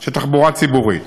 של תחבורה ציבורית.